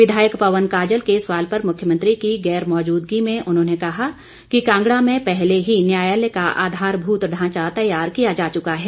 विधायक पवन काजल के सवाल पर मुख्यमंत्री की गैर मौजूदगी में उन्होंने कहा कि कांगड़ा में पहले ही न्यायालय का आधरभूत ढांचा तैयार किया जा चुका है